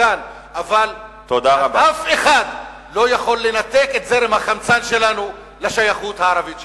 אבל אף אחד לא יכול לנתק את זרם החמצן שלנו לשייכות הערבית שלנו.